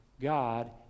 God